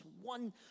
one